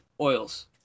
oils